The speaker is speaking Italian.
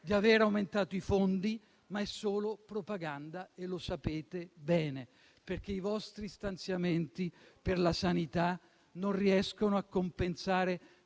di aver aumentato i fondi, ma è solo propaganda e lo sapete bene, perché i vostri stanziamenti per la sanità non riescono a compensare